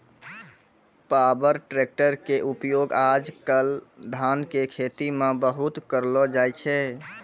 power tractor के उपयोग आज कल धान के खेती मॅ बहुत करलो जाय छै